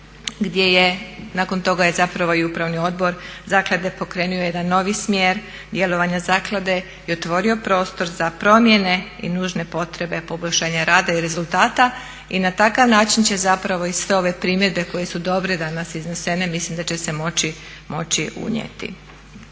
gdje je nakon toga zapravo i Upravni odbor zaklade pokrenuo jedan novi smjer djelovanja zaklade i otvorio prostor za promjene i nužne potrebe poboljšanja rada i rezultata. I na takav način će zapravo i sve ove primjedbe koje su dobre danas iznesene mislim da će se moći unijeti.